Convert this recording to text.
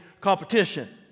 competition